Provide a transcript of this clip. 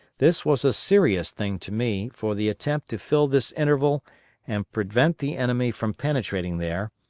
this was a serious thing to me, for the attempt to fill this interval and prevent the enemy from penetrating there,